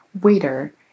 waiter